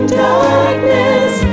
darkness